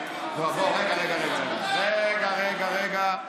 אלקין רוצה, וליברמן רוצה, רגע, רגע, רגע.